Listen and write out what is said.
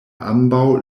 ambaŭ